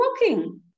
walking